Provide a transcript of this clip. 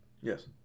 Yes